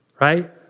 Right